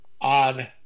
on